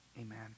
Amen